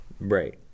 Right